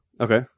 Okay